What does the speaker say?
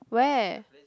where